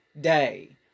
day